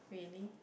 really